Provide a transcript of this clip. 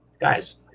guys